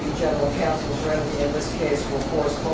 general counsel's remedy in this case will force